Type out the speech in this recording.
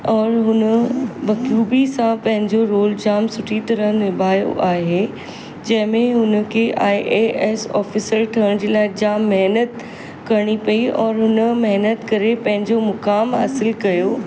और हुन बखूबी सां पंहिंजो रोल जाम सुठी तरह निभायो आहे जंहिंमें हुनखे आईएएस ऑफिसर ठहिण जे लाइ जाम महिनतु करणी पई और हुन महिनतु करे पंहिंजो मुक़ामु हासिल कयो